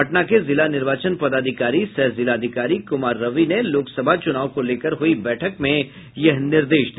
पटना के जिला निर्वाचन पदाधिकारी सह जिलाधिकारी कुमार रवि ने लोकसभा चुनाव को लेकर हुयी बैठक में यह निर्देश दिया